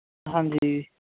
ਹਾਂਜੀ